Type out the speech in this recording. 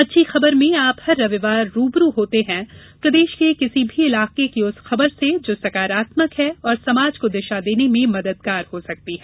अच्छी खबरमें आप हर रविवार रूबरू होते हैं प्रदेश के किसी भी इलाके की उस खबर से जो सकारात्मक है और समाज को दिशा देने में मददगार हो सकती है